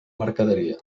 mercaderia